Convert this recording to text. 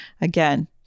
Again